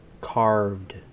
carved